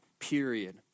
period